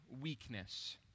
weakness